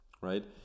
right